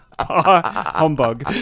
Humbug